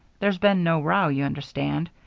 there's been no row, you understand.